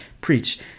preach